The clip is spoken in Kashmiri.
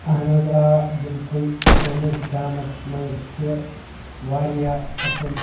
اَہن حظ آ بالکُل سٲنِس گامَس منٛز چھِ واریاہ اَصٕل